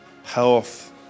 health